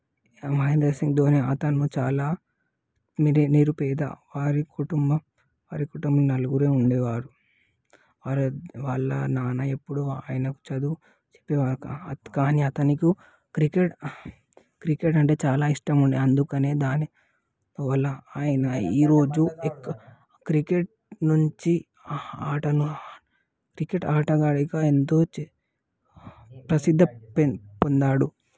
మహేందర్ సింగ్ ధోని అతను చాలా నిరు నిరుపేద వారి కుటుంబం వారి కుటుంబ నలుగురే ఉండేవాడు వాళ్ళ వాళ్ళ నాన్న ఎప్పుడూ ఆయనకు చదువు చెప్పేవారు కానీ అతనుకు క్రికెట్ క్రికెట్ అంటే చాలా ఇష్టం ఉండే అందుకనే దాని వల్ల అయినా ఈరోజు క్రికెట్ నుంచి ఆటను క్రికెట్ ఆటగాడిగా ఎంతో చా ప్రసిద్ధ పే పొందాడు